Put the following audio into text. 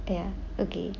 ya okay